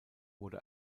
wurde